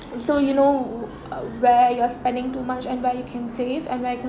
so you know uh where you're spending too much and where you can save and where you can